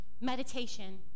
Meditation